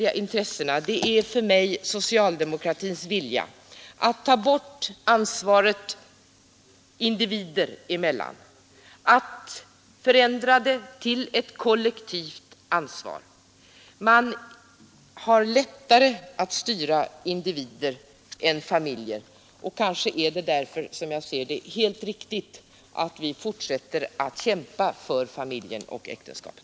Och för mig är dessa andra intressen socialdemokraternas vilja att ta bort ansvaret individer emellan och göra det till ett kollektivt ansvar. Det är lättare att styra individer än familjer. Det är därför som jag anser det vara helt riktigt att vi fortsätter att kämpa för familjen och äktenskapet.